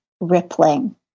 rippling